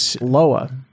lower